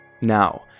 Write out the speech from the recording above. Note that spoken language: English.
Now